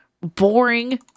boring